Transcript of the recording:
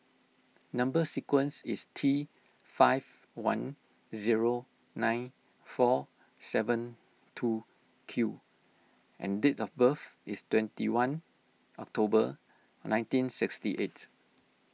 Number Sequence is T five one zero nine four seven two Q and date of birth is twenty one October nineteen sixty eight